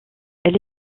elle